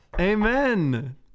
Amen